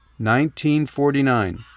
1949